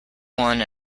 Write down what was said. one